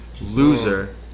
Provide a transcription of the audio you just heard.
loser